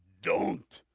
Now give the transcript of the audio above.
don't,